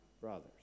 brothers